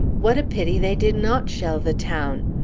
what a pity they did not shell the town!